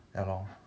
ya lor